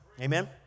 Amen